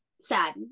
sad